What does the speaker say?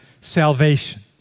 salvation